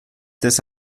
des